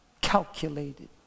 calculated